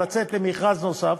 לצאת למכרז נוסף,